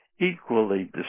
equally